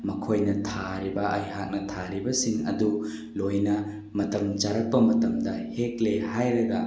ꯃꯈꯣꯏꯅ ꯊꯥꯔꯤꯕ ꯑꯩꯍꯥꯛꯅ ꯊꯥꯔꯤꯕꯁꯤꯡ ꯑꯗꯨ ꯂꯣꯏꯅ ꯃꯇꯝ ꯆꯥꯔꯛꯄ ꯃꯇꯝꯗ ꯍꯦꯛꯂꯦ ꯍꯥꯏꯔꯒ